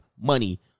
money